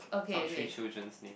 top three children's names